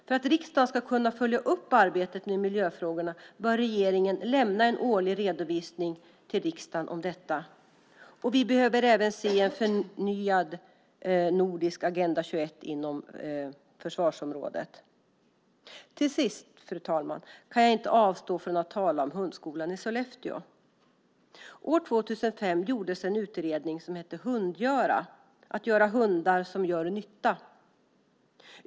För att riksdagen ska kunna följa upp arbetet med miljöfrågorna bör regeringen lämna en årlig redovisning till riksdagen om detta. Vi behöver även se en förnyad nordisk Agenda 21 på försvarsområdet. Till sist, fru talman, vill jag inte avstå från att tala om hundskolan i Sollefteå. År 2005 gjordes en utredning som hette Hundgöra - att göra hundar som gör nytta .